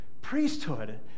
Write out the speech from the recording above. priesthood